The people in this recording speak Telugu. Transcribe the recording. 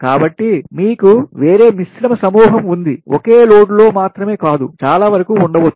కాబట్టి మీకు వేరే మిశ్రమ సమూహం ఉంది ఒకే లోడ్లో మాత్రమే కాదు చాలా వరకు ఉండవచ్చు